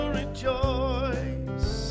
rejoice